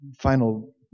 final